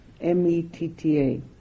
M-E-T-T-A